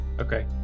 Okay